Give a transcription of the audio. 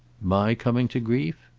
my coming to grief?